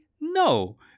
no